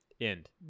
End